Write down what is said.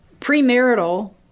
premarital